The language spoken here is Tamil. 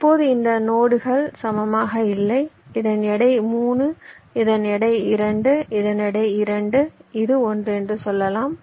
இப்போது இந்த நோடுகள் சமமாக இல்லை இதன் எடை 3 இதன் எடை 2 இதன் எடை 2 இது 1 என்று சொல்லலாம்